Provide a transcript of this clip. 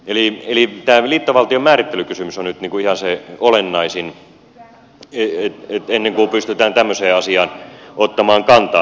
eli tämä liittovaltion määrittelykysymys on nyt ihan se olennaisin ennen kuin pystytään tämmöiseen asiaan ottamaan kantaa